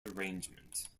arrangement